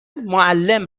معلم